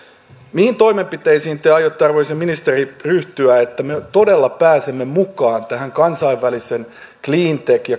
mihin toimenpiteisiin te aiotte arvoisa ministeri ryhtyä että me todella pääsemme mukaan tähän kansainvälisen cleantech ja